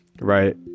right